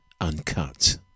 Uncut